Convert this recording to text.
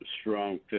strong